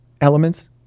Elements